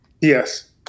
Yes